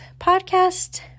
podcast